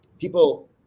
people